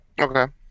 okay